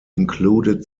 included